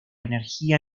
energía